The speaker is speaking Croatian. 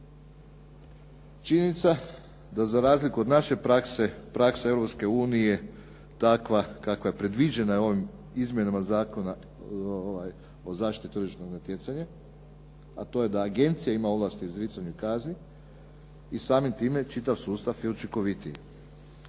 Činjenica da za razliku od naše prakse, praksa Europske unije takva kakva je predviđena ovim izmjenama Zakona o zaštiti tržišnog natjecanja a to je da Agencija ima ovlasti u izricanju kazni i samim time čitav sustav je učinkovitiji.